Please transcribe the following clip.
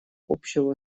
общего